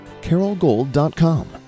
carolgold.com